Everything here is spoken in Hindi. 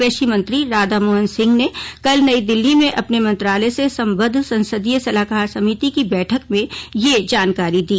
कृषि मंत्री राधा मोहन सिंह ने कल नई दिल्ली में अपने मंत्रालय से सम्बद्ध संसदीय सलाहकार समिति की बैठक में यह जानकारी दी